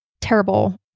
terrible